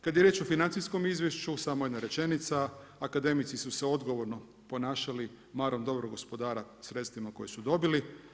Kada je riječ o financijskom izvješću, samo jedna rečenica, akademici su se odgovorno ponašali marom dobrog gospodara, sredstvima koje su dobili.